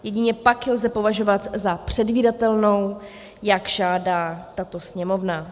Jedině pak ji lze považovat za předvídatelnou, jak žádá tato Sněmovna.